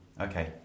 Okay